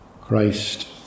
Christ